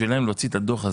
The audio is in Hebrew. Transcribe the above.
בשבילם להוציא את הדוח הזה,